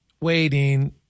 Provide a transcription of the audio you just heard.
waiting